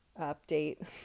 update